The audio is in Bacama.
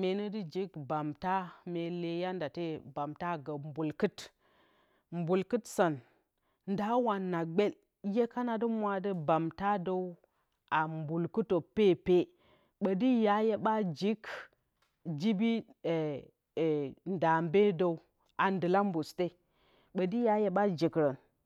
mene dɨ jik bamta mye le yandate bamta agǝ mbǝlkut mbulkɨtsǝn ndaawa na gbel hye kana dɨ mwa bamtadǝw mbulkɨtǝ pepe ɓoti ya hye jik jibe ndambedǝw a ndɨlambus te ɓoti ya hyeba jikrǝn